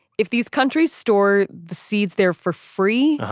if these countries store the seeds there for free,